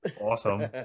awesome